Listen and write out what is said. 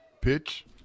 Pitch